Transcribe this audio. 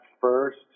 first